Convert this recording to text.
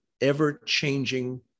ever-changing